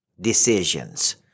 decisions